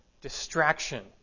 distraction